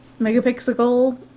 megapixel